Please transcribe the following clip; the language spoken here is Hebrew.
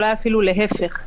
אולי אפילו להיפך.